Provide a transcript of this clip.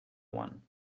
one